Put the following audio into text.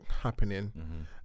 happening